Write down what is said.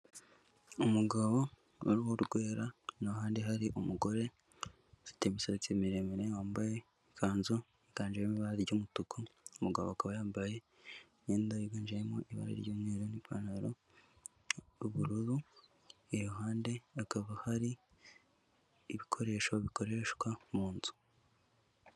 Umugabo w'uruhu rwera n'ahandi hari umugore ufite imisatsi miremire wambaye ikanzu iganjemo ibara ry'umutuku, umugabo akaba yambaye imyenda yiganjemo ibara ry'umweru, n'ipantaro y'ubururu iruhande hakaba hari ibikoresho bikoreshwa mu nzu.